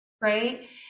Right